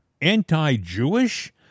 anti-Jewish